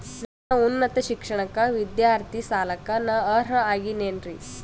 ನನ್ನ ಉನ್ನತ ಶಿಕ್ಷಣಕ್ಕ ವಿದ್ಯಾರ್ಥಿ ಸಾಲಕ್ಕ ನಾ ಅರ್ಹ ಆಗೇನೇನರಿ?